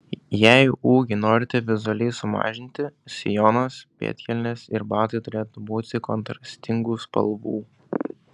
jei ūgį norite vizualiai sumažinti sijonas pėdkelnės ir batai turėtų būti kontrastingų spalvų